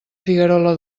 figuerola